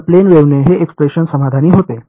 तर प्लेन वेव्हने हे एक्सप्रेशन समाधानी होते